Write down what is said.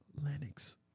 Linux